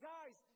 Guys